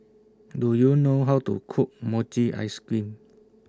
Do YOU know How to Cook Mochi Ice Cream